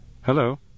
Hello